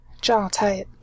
jaw-tight